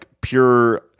pure